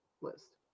list